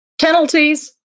penalties